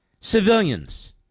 civilians